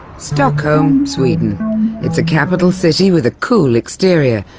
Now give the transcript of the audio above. stockholm, sweden it's a capital city with a cool exterior,